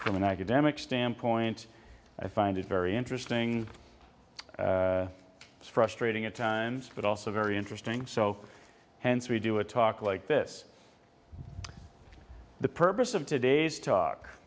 common academic standpoint i find it very interesting it's frustrating at times but also very interesting so hence we do a talk like this the purpose of today's talk